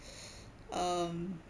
um